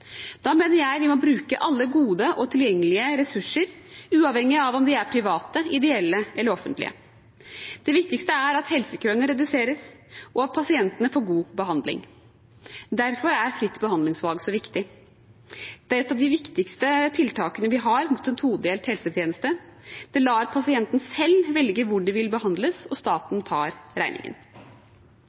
Da mener jeg vi må bruke alle gode og tilgjengelige ressurser, uavhengig av om de er private, ideelle eller offentlige. Det viktigste er at helsekøene reduseres, og at pasientene får god behandling. Derfor er fritt behandlingsvalg så viktig. Det er et av de viktigste tiltakene vi har mot en todelt helsetjeneste. Det lar pasientene selv velge hvor de vil behandles, og staten tar regningen.